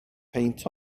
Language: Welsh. peint